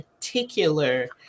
particular